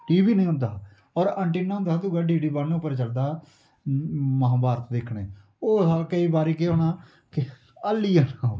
TV निं होंदा हा और एंटीना होंदा हा दूआ डीडी वन उप्पर चलदा हा महाभारत दिक्खने ओ हा केई बारी केह् होना के हल्ली जाना ओ